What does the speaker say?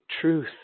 truth